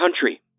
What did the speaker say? country